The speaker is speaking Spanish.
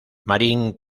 marín